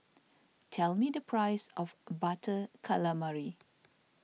tell me the price of Butter Calamari